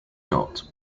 not